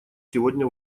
сегодня